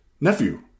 Nephew